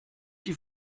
die